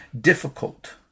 difficult